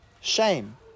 Shame